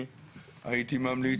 אני הייתי ממליץ